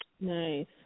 Nice